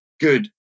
Good